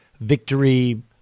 victory